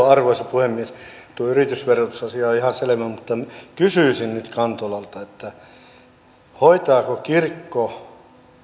arvoisa puhemies tuo yritysverotusasia on ihan selvä mutta kysyisin nyt kantolalta hoitaako kirkko